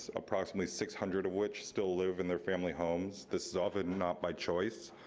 approximately six hundred of which still live in their family homes. this is often not by choice.